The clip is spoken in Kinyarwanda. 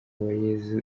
uwayezu